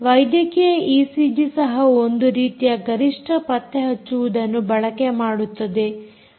ವೈದ್ಯಕೀಯ ಈಸಿಜಿ ಸಹ ಒಂದು ರೀತಿಯ ಗರಿಷ್ಠ ಪತ್ತೆಹಚ್ಚುವುದನ್ನು ಬಳಕೆ ಮಾಡುತ್ತದೆ